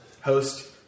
host